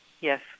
Yes